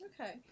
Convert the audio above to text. Okay